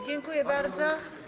Dziękuję bardzo.